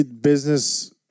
business